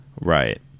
Right